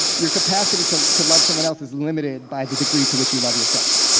your capacity to to love someone else is limited by the degree to which you love yourself.